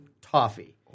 toffee